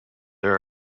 there